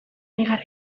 negar